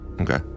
Okay